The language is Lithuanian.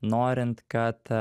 norint kad